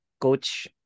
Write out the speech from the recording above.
Coach